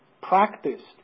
practiced